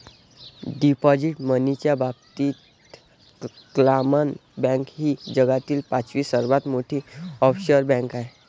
deposit मनीच्या बाबतीत क्लामन बँक ही जगातील पाचवी सर्वात मोठी ऑफशोअर बँक आहे